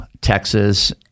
Texas